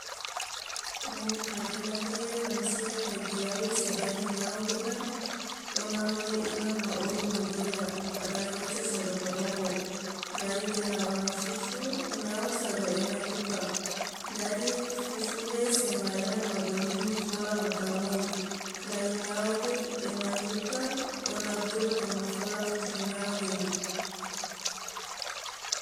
ngom karena ge mansia tagi yau si dahe nyao gena, ona hoi ena ma oru madoya rai roca sado karoho. rai gena ona fufu nyao sado ena yuka. dadi fufu ge sema ena ma gonyihi fola matamoi rai nyao ge ena yuka ona gure toma fola fufu nyao gena.